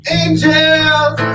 angels